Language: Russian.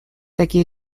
такие